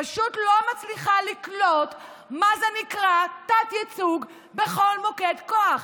היא פשוט לא מצליחה לקלוט מה זה נקרא תת-ייצוג בכל מוקד כוח,